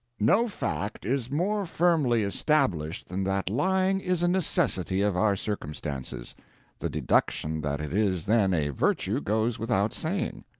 no fact is more firmly established than that lying is a necessity of our circumstances the deduction that it is then a virtue goes without saying.